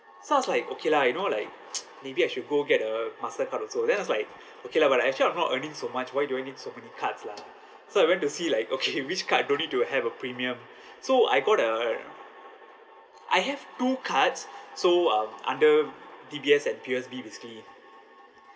so I was like okay lah you know like maybe I should go get a mastercard also then I was like okay lah but I actually I'm not earning so much why do I need so many cards lah so I went to see like okay which card don't need to have a premium so I got a I have two cards so um under D_B_S and P_O_S_B basically